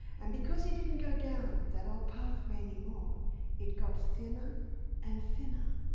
and because he didn't go down that old pathway anymore it got thinner and thinner.